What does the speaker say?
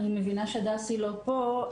אני מבינה שדסי לא פה,